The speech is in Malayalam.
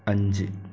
അഞ്ച്